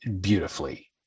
beautifully